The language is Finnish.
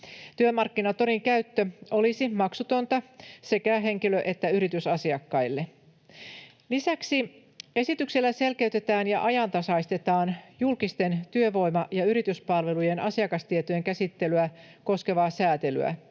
Työmarkkinatorin käyttö olisi maksutonta sekä henkilö‑ että yritysasiakkaille. Lisäksi esityksellä selkeytetään ja ajantasaistetaan julkisten työvoima‑ ja yrityspalvelujen asiakastietojen käsittelyä koskevaa säätelyä.